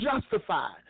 Justified